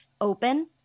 open